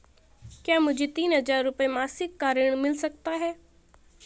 क्या मुझे तीन हज़ार रूपये मासिक का ऋण मिल सकता है?